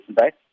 right